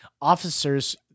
officers